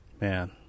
man